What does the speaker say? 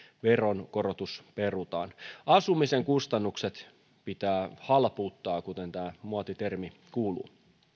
veronkorotus perutaan asumisen kustannukset pitää halpuuttaa kuten tämä muotitermi kuuluu